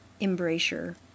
embrasure